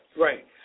Right